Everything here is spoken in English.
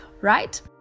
right